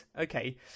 Okay